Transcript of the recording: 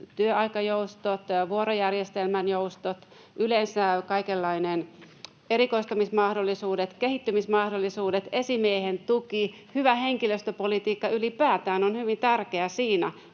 työaikajoustot ja vuorojärjestelmän joustot, yleensä kaikenlaiset erikoistumismahdollisuudet, kehittymismahdollisuudet, esimiehen tuki. Hyvä henkilöstöpolitiikka ylipäätään on hyvin tärkeää siinä,